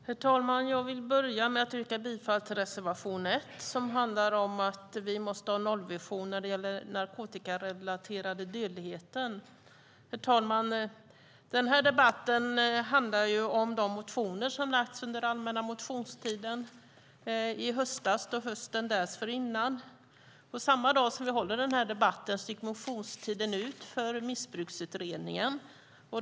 Herr talman! Jag vill börja med att yrka bifall till reservation 1, som handlar om att vi måste ha en nollvision när det gäller den narkotikarelaterade dödligheten. Den här debatten handlar om de motioner som väckts under allmänna motionstiden i höstas och hösten dessförinnan. Samma dag som vi håller den här debatten går motionstiden ut för Missbruksutredningen.